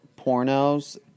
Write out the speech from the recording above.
pornos